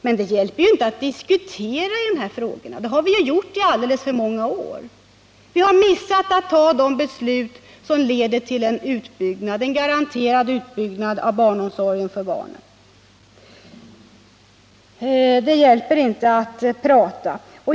Men det hjälper ju inte att diskutera de här frågorna, för det har vi gjort i alldeles för många år. Vi har missat att ta de beslut som 9 leder till en garanterad utbyggnad av barnomsorgen. Det hjälper inte att prata.